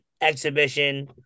exhibition